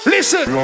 Listen